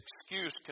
excuse